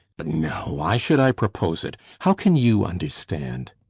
but no, why should i propose it? how can you understand?